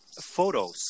Photos